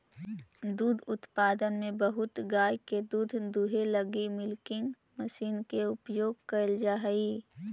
दुग्ध उत्पादन में बहुत गाय के दूध दूहे लगी मिल्किंग मशीन के उपयोग कैल जा हई